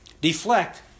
deflect